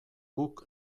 guk